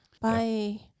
Bye